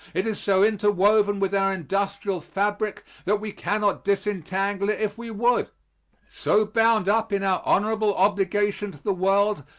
it is so interwoven with our industrial fabric that we cannot disentangle it if we would so bound up in our honorable obligation to the world,